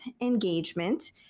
engagement